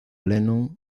lennon